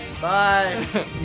Bye